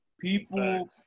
People